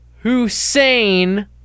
Hussein